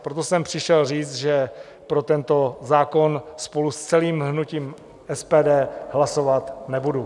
Proto jsem přišel říct, že pro tento zákon spolu s celým hnutím SPD hlasovat nebudu.